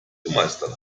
gemeistert